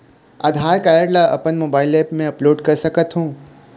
आधार card ला अपन mobile app मा अपलोड कर सकथों?